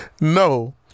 no